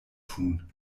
tun